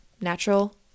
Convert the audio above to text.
natural